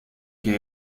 que